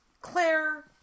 Claire